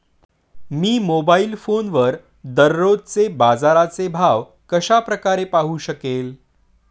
मी mobile फोनवर दररोजचे बाजाराचे भाव कशा प्रकारे पाहू शकेल?